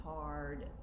hard